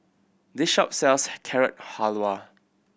this shop sells Carrot Halwa